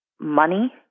money